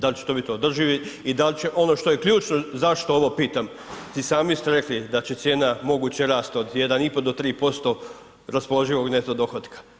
Da li će to biti održivi i da li će ono što je ključno, zašto ovo pitam, i sami ste rekli da će cijena moguće rasti, od 1,5 do 3% raspoloživog neto dohotka.